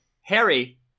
Harry